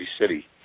City